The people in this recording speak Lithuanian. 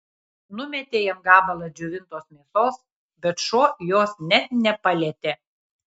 numetė jam gabalą džiovintos mėsos bet šuo jos net nepalietė